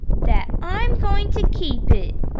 that i'm going to keep it